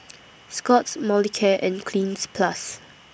Scott's Molicare and Cleanz Plus